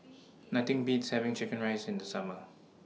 Nothing Beats having Chicken Rice in The Summer